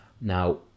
Now